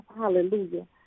hallelujah